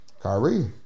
Kyrie